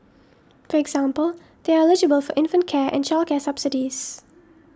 for example they are eligible for infant care and childcare subsidies